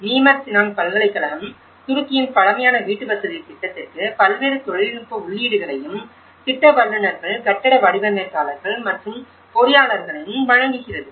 memer Sinan பல்கலைக்கழகம் துருக்கியின் பழமையான வீட்டுவசதி திட்டத்திற்கு பல்வேறு தொழில்நுட்ப உள்ளீடுகளையும் திட்ட வல்லுநர்கள் கட்டட வடிவமைப்பாளர்கள் மற்றும் பொறியாளர்களையும் வழங்குகிறது